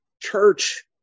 church